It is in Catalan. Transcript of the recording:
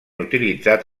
utilitzat